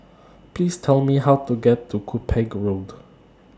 Please Tell Me How to get to Cuppage Road